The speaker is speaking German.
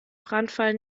brandfall